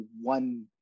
one